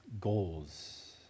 goals